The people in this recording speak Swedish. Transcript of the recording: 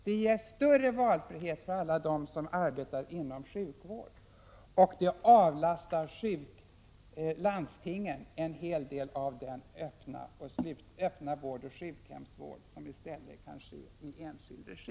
Det ges större valfrihet för alla dem som arbetar inom sjukvård, och landstinget avlastas en hel del av den öppna vården och sjukhemsvården. Den kan i stället ske i enskild regi.